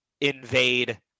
invade